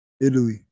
Italy